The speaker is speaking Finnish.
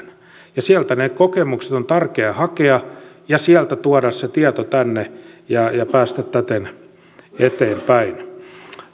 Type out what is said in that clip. ja sieltä ne kokemukset on tärkeää hakea ja sieltä tuoda se tieto tänne ja ja päästä täten eteenpäin